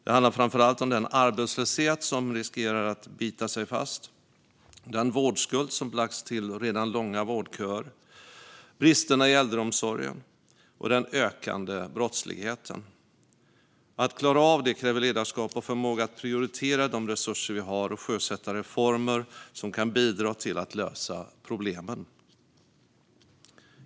Det handlar framför allt om den arbetslöshet som riskerar att bita sig fast, den vårdskuld som lagts till redan långa vårdköer, bristerna i äldreomsorgen och den ökande brottsligheten. Att klara av detta kräver ledarskap och förmåga att prioritera de resurser vi har och sjösätta reformer som kan bidra till att lösa problemen.